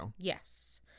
Yes